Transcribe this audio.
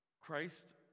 Christ